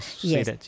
yes